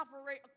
operate